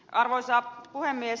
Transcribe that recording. arvoisa puhemies